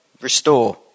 restore